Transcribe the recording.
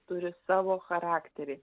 turi savo charakterį